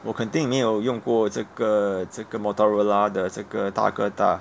我肯定没有用过这个这个 motorola 的这个大哥大